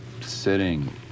sitting